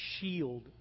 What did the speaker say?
shield